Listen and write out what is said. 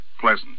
pleasant